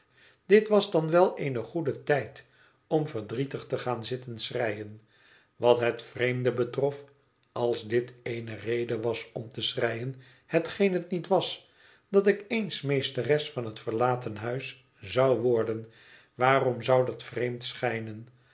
wel een goede tijd om verdrietig te gaan zitten schreien wat het vreemde betrof als dit eene reden was om te schreien hetgeen het niet was dat ik eens meesteres van het verlaten huis zou worden waarom zou dat vreemd schijnen